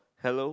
hello